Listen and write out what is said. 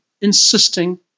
insisting